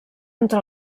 entre